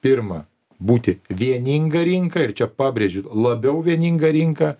pirma būti vieninga rinka ir čia pabrėžiu labiau vieninga rinka